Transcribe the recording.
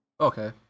Okay